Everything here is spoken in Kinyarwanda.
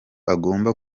agomba